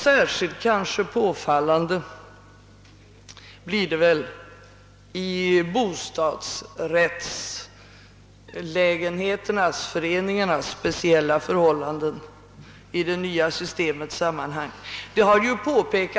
Särskilt påfallande blir detta när det gäller de speciella förhållanden som i det nya systemet föreslås för bostadsrättsföreningarnas lägenheter.